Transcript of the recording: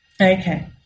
Okay